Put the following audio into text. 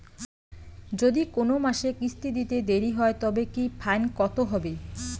যদি কোন মাসে কিস্তি দিতে দেরি হয় তবে কি ফাইন কতহবে?